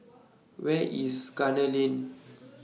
Where IS Gunner Lane